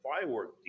firework